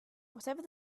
whatever